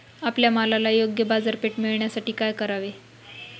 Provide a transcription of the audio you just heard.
आपल्या मालाला योग्य बाजारपेठ मिळण्यासाठी काय करावे?